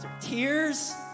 Tears